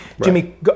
Jimmy